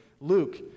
Luke